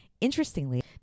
Interestingly